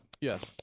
Yes